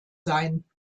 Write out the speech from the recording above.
sein